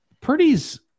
Purdy's